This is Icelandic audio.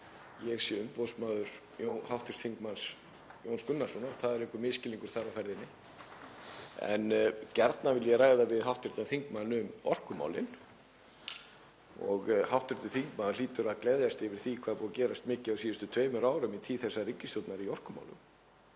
ég sé umboðsmaður hv. þm. Jóns Gunnarssonar, þar er einhver misskilningur á ferðinni. En gjarnan vil ég ræða við hv. þingmann um orkumálin og hv. þingmaður hlýtur að gleðjast yfir því hvað er búið að gerast mikið á síðustu tveimur árum í tíð þessarar ríkisstjórnar í orkumálum.